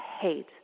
hate